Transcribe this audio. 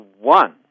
one